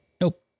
Nope